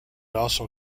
also